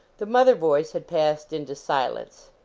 the mother voice had passed into silence.